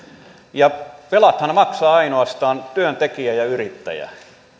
velathan maksaa ainoastaan työntekijä ja yrittäjä